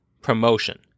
promotion